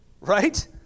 Right